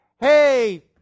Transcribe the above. hey